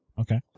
Okay